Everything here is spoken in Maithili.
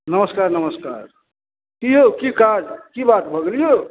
नमस्कार नमस्कार कि यौ कि काज कि बात भऽ गेल यौ